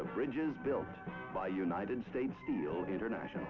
the bridges built by united states steel international